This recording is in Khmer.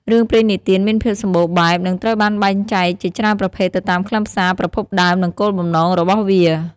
រឿងព្រេងនិទានមានភាពសម្បូរបែប និងត្រូវបានបែងចែកជាច្រើនប្រភេទទៅតាមខ្លឹមសារ ប្រភពដើម និងគោលបំណងរបស់វា ។